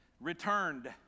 returned